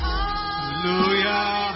Hallelujah